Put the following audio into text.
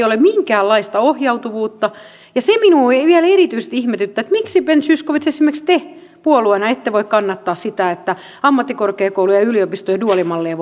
ole minkäänlaista ohjautuvuutta se minua vielä erityisesti ihmetyttää miksi ben zyskowicz esimerkiksi te puolueena ette voi kannattaa sitä että ammattikorkeakoulujen ja yliopistojen duaalimallia